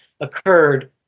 occurred